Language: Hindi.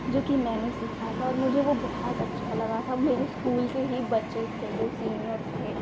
जो कि मैंने सिखाया था और मुझे वह बहुत अच्छा लगा था मेरे स्कूल के ही बच्चे थे वह सीनियर्स थे